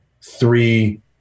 three